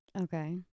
Okay